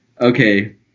okay